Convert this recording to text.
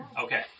Okay